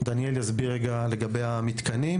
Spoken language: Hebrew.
דניאל יסביר לגבי המתקנים,